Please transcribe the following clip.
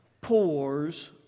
pours